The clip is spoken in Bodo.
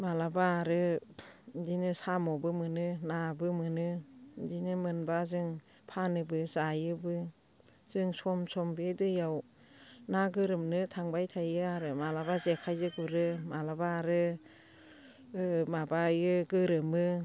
माब्लाबा आरो बिदिनो साम'बो मोनो नाबो मोनो बिदिनो मोनबा जों फानोबो जायोबो जों सम सम बे दैयाव ना गोरोमनो थांबाय थायो आरो माब्लाबा जेखाइजों गुरो माब्लाबा आरो माबायो गोरोमो